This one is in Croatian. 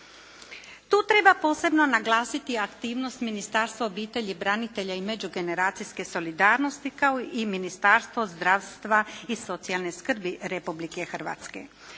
Tu treba posebno naglasiti aktivnost Ministarstva obitelji, branitelja i međugeneracijske solidarnosti kao i Ministarstva zdravstva i socijalne skrbi Republike Hrvatske.